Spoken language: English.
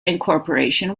incorporation